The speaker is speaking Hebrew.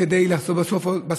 כדי לנצח בסוף,